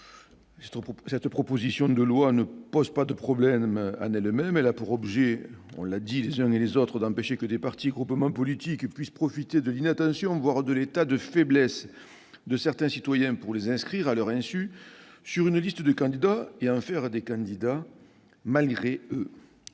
cette proposition de loi ne pose pas de problème en elle-même. Elle a pour objet d'empêcher que des partis et groupements politiques puissent profiter de l'inattention, voire de l'état de faiblesse, de certains citoyens pour les inscrire, à leur insu, sur une liste de candidats et en faire des « candidats malgré eux